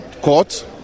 court